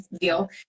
deal